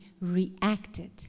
reacted